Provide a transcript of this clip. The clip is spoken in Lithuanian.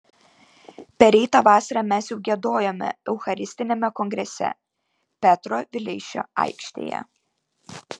pereitą vasarą mes jau giedojome eucharistiniame kongrese petro vileišio aikštėje